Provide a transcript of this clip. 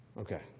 Okay